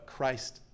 Christ